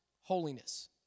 holiness